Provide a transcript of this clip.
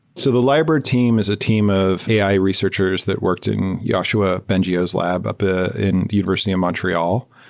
so the lyrebird team is a team of ai researchers that worked in yoshua bengio's lab up ah in university of montreal,